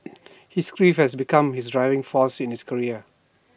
his grief has become his driving force in his career